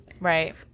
Right